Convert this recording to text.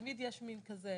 תמיד יש מן כזה,